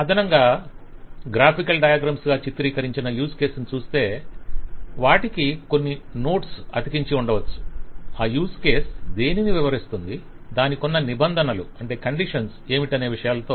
అదనంగా graphical diagrams గా చిత్రీకరించిన యూజ్ కేసెస్ ను చూస్తే వాటికి కొన్ని నోట్స్ అతికించి ఉండవచ్చు - ఆ యూస్ కేస్ దేనిని వివరిస్తుంది దానికున్న నిబంధనలు ఏమిటనే విషయాలతో